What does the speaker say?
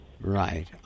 Right